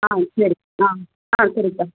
ஆ சரி ஆ ஆ சரிக்கா